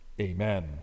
Amen